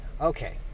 Okay